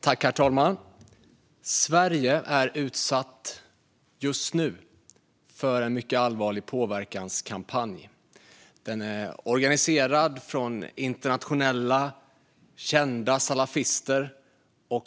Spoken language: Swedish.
Herr talman! Sverige är just nu utsatt för en mycket allvarlig påverkanskampanj som organiseras av internationella kända salafister.